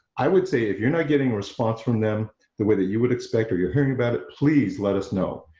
i would say if you're not getting response from them the way that you would expect are you're hearing about it, please let us know,